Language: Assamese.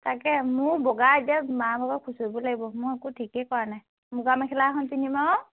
তাকে মোৰ বগা এতিয়া মা ভাগৰ খুচৰিব লাগিব মই একো ঠিকেই কৰা নাই মুগা মেখেলা এখন পিন্ধিম আৰু